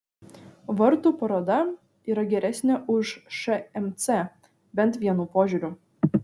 vartų paroda yra geresnė už šmc bent vienu požiūriu